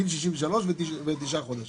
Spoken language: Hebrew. גיל 63 ותשעה חודשים.